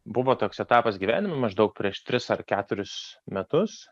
buvo toks etapas gyvenime maždaug prieš tris ar keturis metus